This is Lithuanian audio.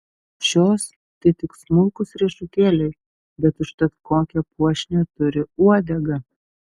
šios tai tik smulkūs riešutėliai bet užtat kokią puošnią turi uodegą